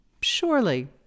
Surely